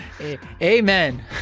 Amen